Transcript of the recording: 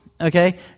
Okay